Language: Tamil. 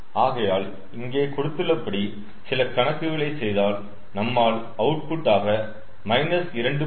ஆகையால் இங்கே கொடுத்துள்ள படி சில கணக்குகளை செய்தால் நம்மால் அவுட் புட் ஆக 2